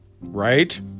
right